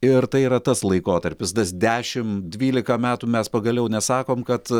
ir tai yra tas laikotarpis tas dešimt dvylika metų mes pagaliau nesakom kad